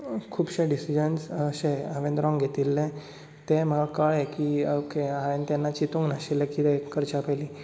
खुबशें डिसीजन्स अशें हांवेन रोंग घेतील्लें ते म्हाका कळ्ळें की ओके हायेंन तेन्ना चितुंक नाशिल्लें कितें करच्या पयली